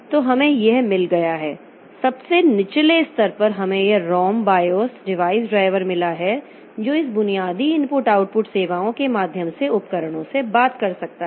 तो हमें यह मिल गया है सबसे निचले स्तर पर हमें यह ROM बायोस डिवाइस ड्राइवर मिला है जो इस बुनियादी इनपुट आउटपुट सेवाओं के माध्यम से उपकरणों से बात कर सकता है